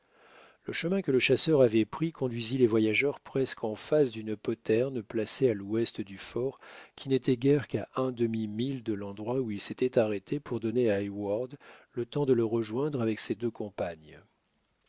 le chemin que le chasseur avait pris conduisit les voyageurs presque en face d'une poterne placée à l'ouest du fort qui n'était guère qu'à un demi-mille de l'endroit où il s'était arrêté pour donner à heyward le temps de le rejoindre avec ses deux compagnes